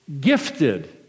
gifted